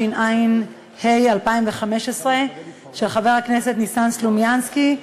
התשע"ה 2015, של חבר הכנסת ניסן סלומינסקי,